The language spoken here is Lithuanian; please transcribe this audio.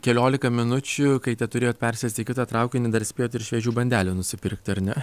keliolika minučių kai teturėjot persėsti į kitą traukinį dar spėjot ir šviežių bandelių nusipirkti ar ne